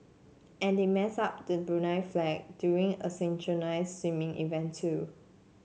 and they messed up the Brunei flag during a synchronised swimming event too